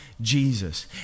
Jesus